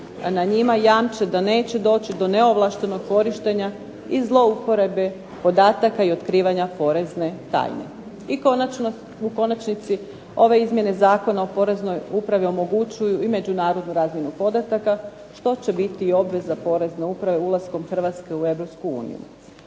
na njima jamče da neće doći do neovlaštenog korištenja i zlouporabe podataka i otkrivanja porezne tajne. I konačno, u konačnici ove izmjene Zakona o Poreznoj upravi omogućuju i međunarodnu razmjenu podataka, što će biti i obveza Porezne uprave ulaskom Hrvatske u